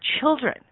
children